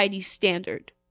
standard